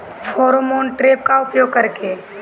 Pheromone trap का उपयोग कर के?